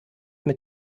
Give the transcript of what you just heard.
mit